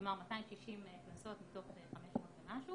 כלומר 260 קנסות מתוך 500 ומשהו